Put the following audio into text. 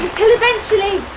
eventually